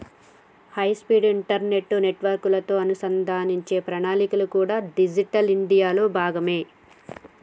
high speed internet నెట్వర్క్లతో అనుసంధానించే ప్రణాళికలు కూడా డిజిటల్ ఇండియాలో భాగమే